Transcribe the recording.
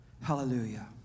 Hallelujah